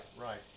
Right